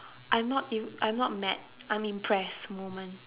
I'm not even I'm not mad I'm impressed moment